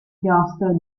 chiostro